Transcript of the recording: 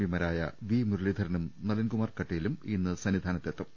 P മാരായ V മുരളീധരനും നളിൻകുമാർ കട്ടീലും ഇന്ന് സന്നിധാനത്തെത്തും